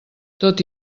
tot